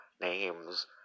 names